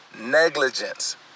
negligence